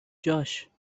جاش